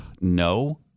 No